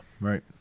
right